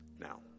now